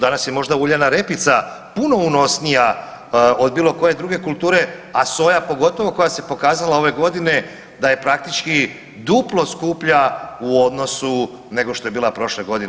Danas je možda uljana repica puno unosnija od bilo koje druge kulture, a soja pogotovo koja se pokazala ove godine da je praktički duplo skuplja u odnosu nego što je bila prošle godine.